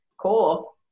Cool